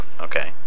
okay